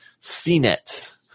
CNET